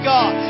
God